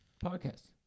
podcast